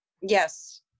Yes